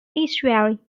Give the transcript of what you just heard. estuary